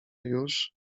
już